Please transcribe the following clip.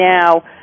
now